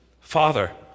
Father